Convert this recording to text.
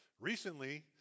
Recently